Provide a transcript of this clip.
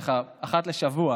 ככה אחת לשבוע